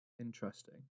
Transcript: Interesting